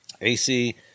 AC